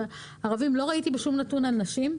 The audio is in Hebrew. אבל לא ראיתי שום נתון לגבי נשים.